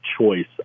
choice